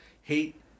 hate